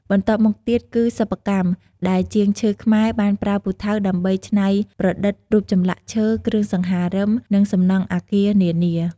បន្ទាប់មកទៀតគីសិប្បកម្ម ដែលជាងឈើខ្មែរបានប្រើពូថៅដើម្បីច្នៃប្រឌិតរូបចម្លាក់ឈើ គ្រឿងសង្ហារិម និងសំណង់អគារនាៗ។